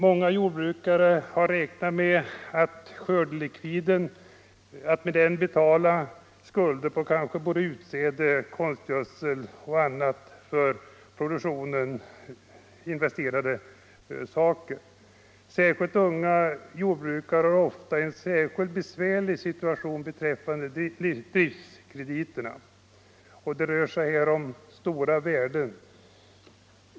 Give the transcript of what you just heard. Många jordbrukare har tänkt sig att med skördelikviden betala skulder på kanske såväl utsäde som konstgödsel och andra investeringar för produktionen. Unga jordbrukare har ofta en särskilt besvärlig situation vad beträffar driftskrediterna. Det rör sig här om stora värden.